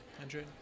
Andrew